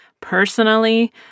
personally